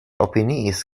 opiniis